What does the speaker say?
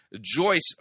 joyce